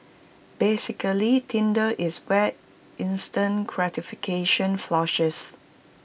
basically Tinder is where instant gratification flourishes